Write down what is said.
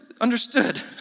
understood